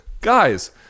guys